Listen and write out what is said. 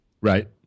Right